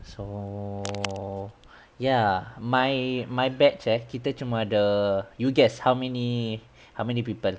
so ya my my batch eh kita cuma ada you guess how many how many people